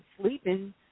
sleeping